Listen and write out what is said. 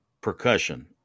percussion